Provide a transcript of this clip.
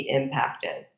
impacted